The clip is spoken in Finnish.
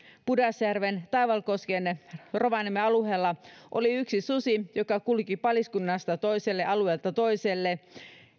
pudasjärven taivalkosken rovaniemen alueella oli yksi susi joka kulki paliskunnasta toiselle alueelta toiselle